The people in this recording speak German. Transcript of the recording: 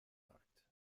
markt